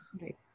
right